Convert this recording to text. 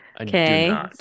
Okay